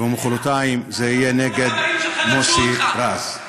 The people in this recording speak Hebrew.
ומחרתיים זה יהיה נגד מוסי רז.